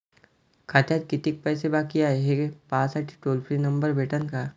खात्यात कितीकं पैसे बाकी हाय, हे पाहासाठी टोल फ्री नंबर भेटन का?